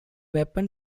weapon